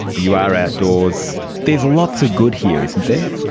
you are outdoors, there's lots of good here, isn't there?